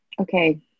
okay